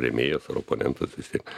rėmėjas ar oponentas vis tiek